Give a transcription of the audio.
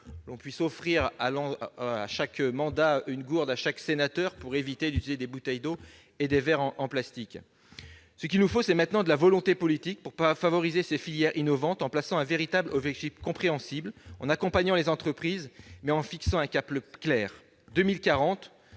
une gourde à chaque sénateur en début de mandat pour éviter l'usage des bouteilles et des verres en plastique ? Ce qu'il nous faut maintenant, c'est de la volonté politique pour favoriser ces filières innovantes en plaçant un véritable objectif compréhensible, en accompagnant les entreprises, mais en fixant un cap clair,